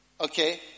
Okay